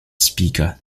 speaker